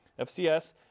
FCS